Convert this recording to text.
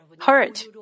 hurt